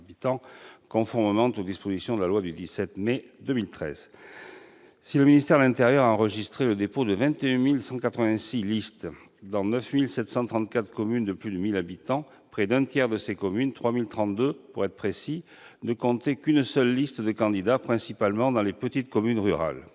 conformément aux dispositions de la loi du 17 mai 2013. Si le ministère de l'intérieur a enregistré le dépôt de 21 186 listes dans 9 734 communes de plus de 1 000 habitants, près d'un tiers de ces communes- 3 032 pour être précis -ne comptait qu'une seule liste de candidats, principalement dans les petites communes rurales.